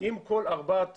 אם כל ארבעת